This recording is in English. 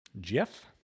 Jeff